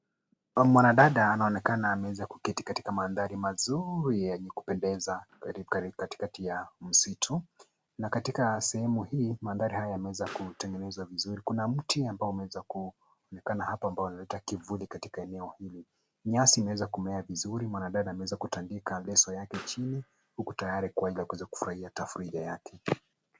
Mwanadada anaonekana ameweza kuketi katika mandhari mazuri yenye kupendeza katikati ya msitu na katika sehemu hii mandhari haya yanaweza kutengenezwa vizuri. Kuna mti ambao unaweza kuonekana hapa ambao unaleta kivuli katika eneo hili. Nyasi imeweza kumea vizuri. Mwanadada anaweza kutandika leso yake chini huku tayari kuweza kufurahia tafrija yake.